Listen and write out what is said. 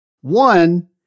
One